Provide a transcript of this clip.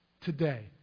today